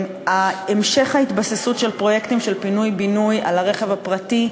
המשך ההתבססות של פרויקטים של פינוי-בינוי על הרכב הפרטי,